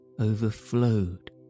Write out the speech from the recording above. overflowed